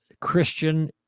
Christian